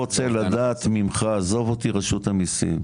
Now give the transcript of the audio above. עזוב אותי רשות המיסים,